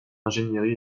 ingénierie